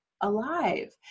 alive